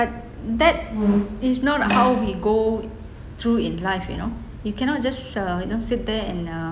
but that is not how we go through in life you know you cannot just uh you know sit there and uh